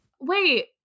wait